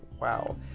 Wow